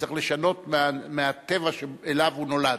שצריך לשנות מהטבע שאליו הוא נולד.